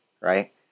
right